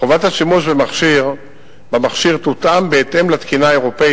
חובת השימוש במכשיר תותאם בהתאם לתקינה האירופית,